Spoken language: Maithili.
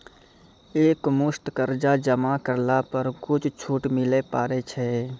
एक मुस्त कर्जा जमा करला पर कुछ छुट मिले पारे छै?